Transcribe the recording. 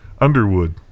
Underwood